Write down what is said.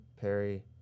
Perry